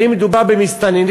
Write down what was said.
האם מדובר במסתננים